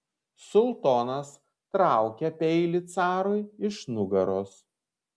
sultonas traukia peilį carui iš nugaros